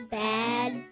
bad